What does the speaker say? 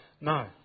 No